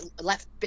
left